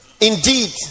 indeed